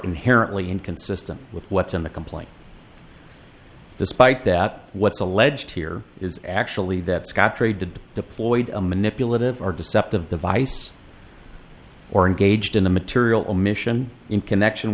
inherently inconsistent with what's in the complaint despite that what's alleged here is actually that scottrade deployed a manipulative or deceptive device or engaged in a material omission in connection